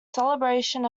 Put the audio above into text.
celebration